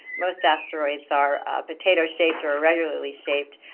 most asteroids are potato shaped or irregularly shaped,